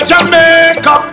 Jamaica